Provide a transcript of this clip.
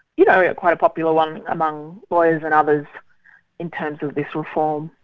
you know, yeah quite a popular one among lawyers and others in terms of this reform.